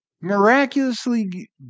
Miraculously